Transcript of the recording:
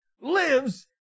lives